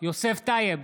יוסף טייב,